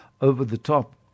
over-the-top